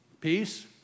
Peace